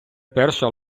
перша